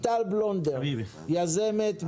מה